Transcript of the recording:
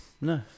No